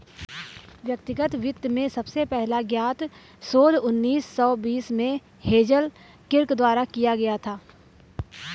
व्यक्तिगत वित्त में सबसे पहला ज्ञात शोध उन्नीस सौ बीस में हेज़ल किर्क द्वारा किया गया था